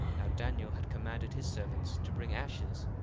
now daniel had commanded his servants to bring ashes,